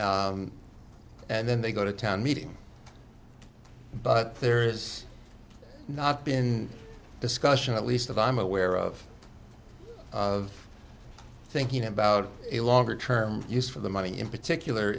and then they go to town meeting but there's not been discussion at least that i'm aware of of thinking about a longer term use for the money in particular